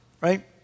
right